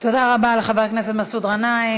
תודה רבה לחבר הכנסת מסעוד גנאים.